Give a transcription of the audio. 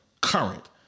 current